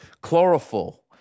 chlorophyll